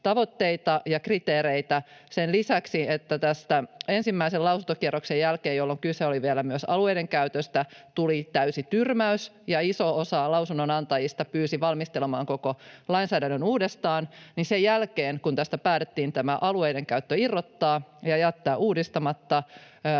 tavoitteita ja kriteereitä. Sen lisäksi, että tämän ensimmäisen lausuntokierroksen jälkeen, jolloin kyse oli vielä myös alueiden käytöstä, tuli täysi tyrmäys ja iso osa lausunnonantajista pyysi valmistelemaan koko lainsäädännön uudestaan, niin sen jälkeen, kun tästä päätettiin tämä alueiden käyttö irrottaa ja jättää uudistamatta,